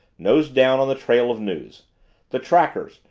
nose-down on the trail of news the trackers,